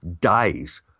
dies